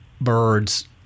birds—